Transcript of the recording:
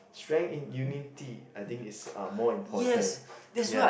strength in unity I think is uh more important ya